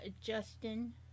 Justin